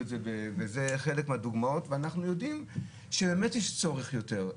חלק מהדוגמאות ואנחנו יודעים שבאמת יש צורך יותר,